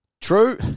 True